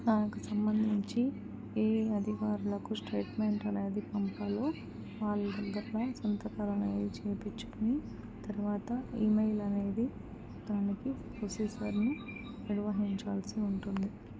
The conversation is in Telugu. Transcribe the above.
దానికి సంబంధించి ఏ అధికారులకు స్టేట్మెంట్ అనేది పంపాలో వాళ్ళ దగ్గర సంతకాలు అనేవి చేయించుకుని తర్వాత ఈమెయిల్ అనేది దానికి ప్రొసీసర్ను నిర్వహించాల్సి ఉంటుంది